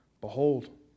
behold